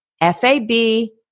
F-A-B